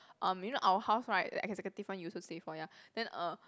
um you know our house right the executive one you also stay before ya then uh